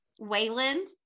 Wayland